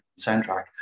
soundtrack